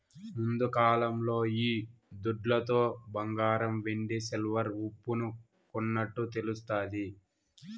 ముందుకాలంలో ఈ దుడ్లతో బంగారం వెండి సిల్వర్ ఉప్పును కొన్నట్టు తెలుస్తాది